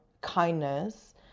kindness